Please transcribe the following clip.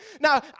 Now